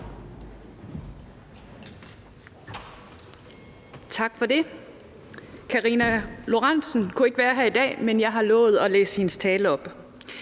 Tak for det. Karina Lorentzen Dehnhardt kunne ikke være her i dag, men jeg har lovet at læse hendes tale op.